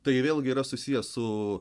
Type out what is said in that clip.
tai vėlgi yra susiję su